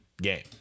Game